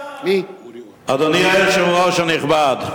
אדוני היושב-ראש הנכבד,